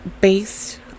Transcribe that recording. based